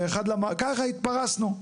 ככה התפרשנו.